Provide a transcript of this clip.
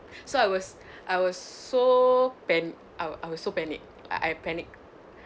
so I was I was so pan~ I I was so panicked like I panicked